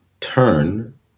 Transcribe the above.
turn